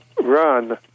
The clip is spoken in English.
run